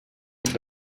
bat